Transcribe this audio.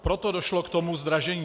Proto došlo k tomu zdražení.